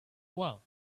well